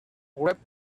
wept